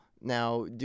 Now